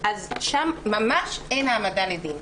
אז שם ממש אין העמדה לדין.